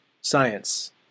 science